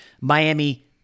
Miami